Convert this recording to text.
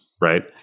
right